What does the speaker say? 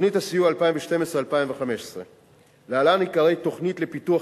תוכנית הסיוע 2012 2015. להלן עיקרי התוכנית לפיתוח